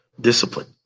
discipline